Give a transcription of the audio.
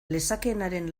lezakeenaren